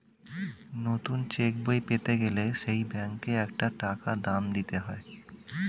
নতুন চেক বই পেতে গেলে সেই ব্যাংকে একটা টাকা দাম দিতে হয়